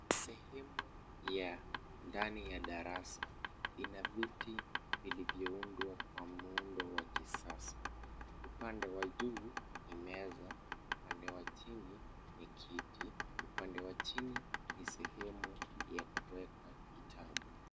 Sehemu ya ndani ya darasa ina viti vilivyoundwa kwa muundo wa kisasa, upande wa juu ni meza, upande wa chini ni kiti, upande wa chini ni sehemu ya kuweka vitabu.